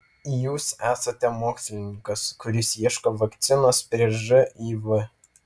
jūs esate mokslininkas kuris ieško vakcinos prieš živ